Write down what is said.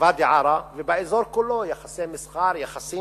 בוואדי-עארה ובאזור כולו, יחסי מסחר, יחסים.